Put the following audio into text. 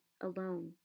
alone